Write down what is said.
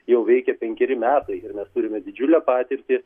jau veikia penkeri metai ir mes turime didžiulę patirtį